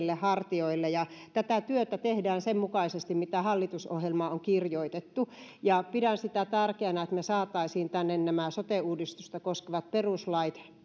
ja syntyvyys ovat pieniä tätä työtä tehdään sen mukaisesti mitä hallitusohjelmaan on kirjoitettu pidän tärkeänä että me saisimme tänne nämä sote uudistusta koskevat peruslait